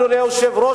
אדוני היושב-ראש,